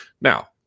Now